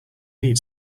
need